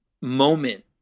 moment